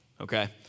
Okay